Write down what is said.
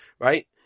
right